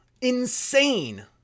insane